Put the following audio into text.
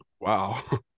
Wow